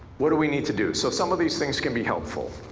what do we need to do? so some of these things can be helpful.